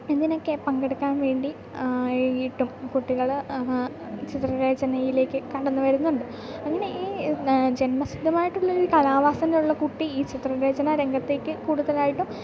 ഇതിനൊക്കെ പങ്കെടുക്കാൻ വേണ്ടി ആയിട്ടും കുട്ടികൾ ചിത്രരചനയിലേക്ക് കടന്നു വരുന്നുണ്ട് അങ്ങനെ ഈ ജന്മസിദ്ധമായിട്ടുള്ളൊരു കലാവാസനയുള്ള കുട്ടി ഈ ചിത്രരചന രംഗത്തേക്ക് കൂടുതലായിട്ടും